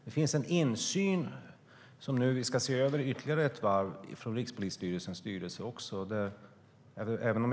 Det finns en insyn också från Rikspolisstyrelsens styrelse som vi ska se över ytterligare ett varv.